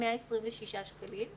126 שקלים.